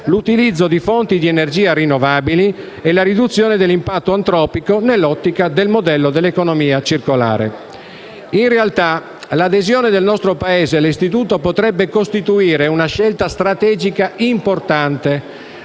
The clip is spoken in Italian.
l'utilizzo di fonti di energia rinnovabili e la riduzione dell'impatto antropico, nell'ottica del modello dell'economia circolare. In realtà, l'adesione del nostro Paese all'Istituto potrebbe costituire una scelta strategica importante,